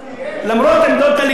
למרות עמדות הליכוד.